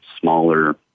smaller